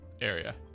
area